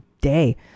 day